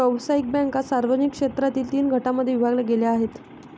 व्यावसायिक बँका सार्वजनिक क्षेत्रातील तीन गटांमध्ये विभागल्या गेल्या आहेत